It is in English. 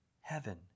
heaven